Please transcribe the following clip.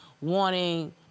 wanting